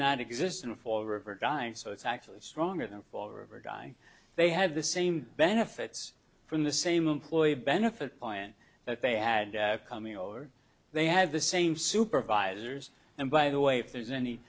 not exist in fall river guyon so it's actually stronger than fall river guy they have the same benefits from the same employee benefit plan that they had coming over they have the same supervisors and by the way if there's any